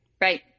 Right